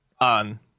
on